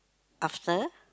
after